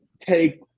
take